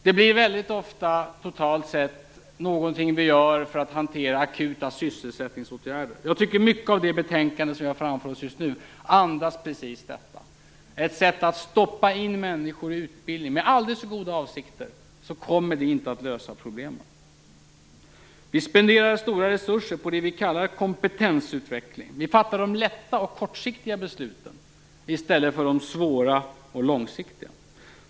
Det blir väldigt ofta totalt sett någonting vi gör för att hantera akuta sysselsättningsproblem. Jag tycker att mycket i det betänkande som vi har framför oss andas precis detta. Att stoppa in människor i utbildning, med aldrig så goda avsikter, kommer inte att lösa problemen. Vi spenderar stora resurser på det vi kallar kompetensutveckling. Vi fattar de lätta och kortsiktiga besluten i stället för de svåra och långsiktiga.